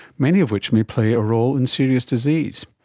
many of which may play a role in serious disease.